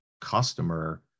customer